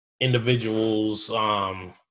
individual's –